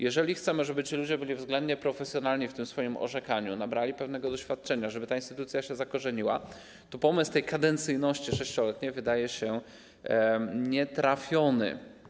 Jeżeli chcemy, żeby ci ludzie byli względnie profesjonalni w tym swoim orzekaniu, żeby nabrali pewnego doświadczenia, żeby ta instytucja się zakorzeniła, to pomysł kadencyjności 6-letniej wydaje się nietrafiony.